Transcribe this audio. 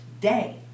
day